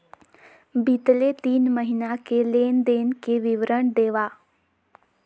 बितले तीन महीना के लेन देन के विवरण देवा?